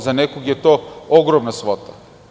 Za nekog je to ogromna svota.